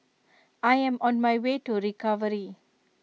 I am on my way to recovery